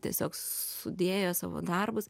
tiesiog sudėjo savo darbus